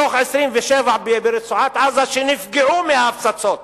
מתוך 27 ברצועת-עזה, שנפגעו מההפצצות,